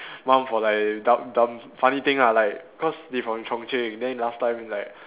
mum for like dumb dumb funny thing lah like cause they from Chung-Cheng then last time like